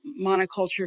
monoculture